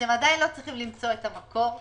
אתם עדיין לא צריכים למצוא את המקור,